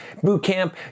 Bootcamp